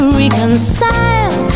reconcile